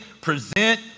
present